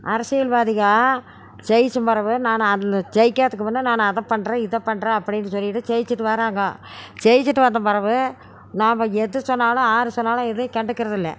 அரசியல்வாதிங்க ஜெயித்த மரவு நான் அந் ஜெயிக்காததுக்கு முன்ன நான் அதைப்பண்றேன் இதைப்பண்றேன் அப்படின்னு சொல்லிட்டு ஜெயித்துட்டு வராங்க ஜெயித்துட்டு வந்து பெறகு நாம் எது சொன்னாலும் யாரு சொன்னாலும் எதையும் கண்டுக்கிறதில்ல